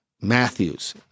Matthews